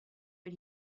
but